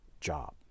job